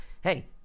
hey